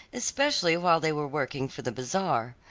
especially while they were working for the bazaar.